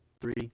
three